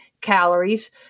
calories